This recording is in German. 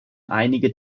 einige